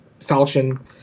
Falchion